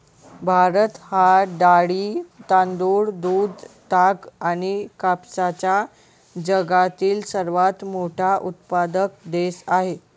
भारत हा डाळी, तांदूळ, दूध, ताग आणि कापसाचा जगातील सर्वात मोठा उत्पादक देश आहे